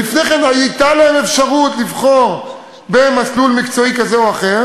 לפני כן הייתה להם אפשרות לבחור במסלול מקצועי כזה או אחר,